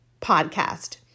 podcast